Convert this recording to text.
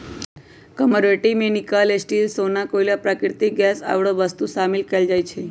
commodity में nickel, steel,, सोना, कोइला, प्राकृतिक गैस आउरो वस्तु शामिल कयल जाइ छइ